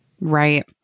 Right